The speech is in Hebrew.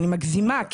אני מגזימה,